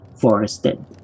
forested